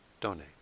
donate